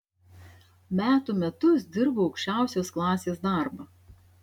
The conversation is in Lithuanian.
metų metus dirbau aukščiausios klasės darbą